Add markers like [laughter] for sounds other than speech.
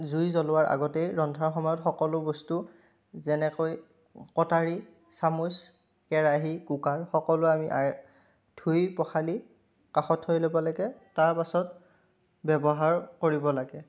জুই জ্বলোৱাৰ আগতেই ৰন্ধাৰ সময়ত সকলো বস্তু যেনেকৈ কটাৰী চামোচ কেৰাহী কুকাৰ সকলো আমি [unintelligible] ধুই পখালি কাষত থৈ ল'ব লাগে তাৰ পাছত ব্যৱহাৰ কৰিব লাগে